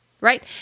Right